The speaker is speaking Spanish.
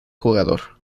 jugador